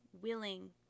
willing